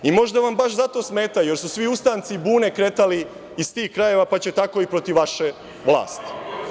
Možda vam baš zato smetaju, jer su svi ustanci i bune kretali iz tih krajeva, pa će tako i protiv vaše vlasti.